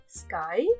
sky